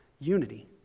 unity